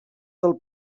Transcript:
del